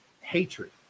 hatred